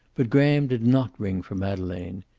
but graham did not ring for madeleine.